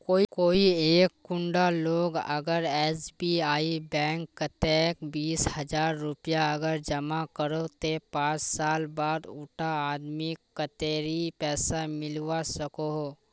कोई एक कुंडा लोग अगर एस.बी.आई बैंक कतेक बीस हजार रुपया अगर जमा करो ते पाँच साल बाद उडा आदमीक कतेरी पैसा मिलवा सकोहो?